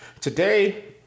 Today